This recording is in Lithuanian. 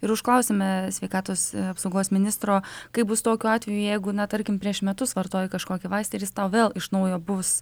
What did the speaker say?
ir užklausėme sveikatos apsaugos ministro kaip bus tokiu atveju jeigu ne tarkim prieš metus vartoja kažkokį vaistą ir jis tau vėl iš naujo bus